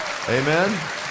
Amen